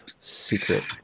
secret